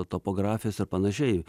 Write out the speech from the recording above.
topografijos ir panašiai